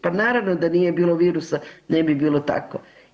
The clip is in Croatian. Pa naravno da nije bilo virusa ne bi bilo tako.